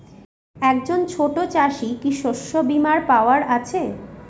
একজন ছোট চাষি কি শস্যবিমার পাওয়ার আছে?